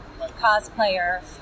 cosplayer